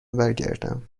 برگردم